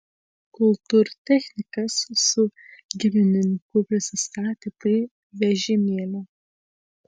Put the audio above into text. kultūrtechnikas su girininku prisistatė prie vežimėlio